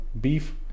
beef